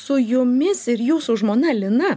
su jumis ir jūsų žmona lina